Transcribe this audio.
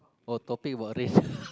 while topic about race